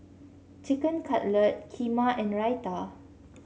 Chicken Cutlet Kheema and Raita